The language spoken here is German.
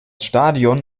stadion